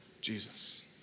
Jesus